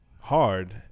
hard